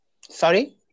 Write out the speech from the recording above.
Sorry